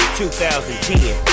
2010